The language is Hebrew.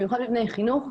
ובמיוחד מבני חינוך,